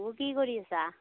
অ' কি কৰি আছা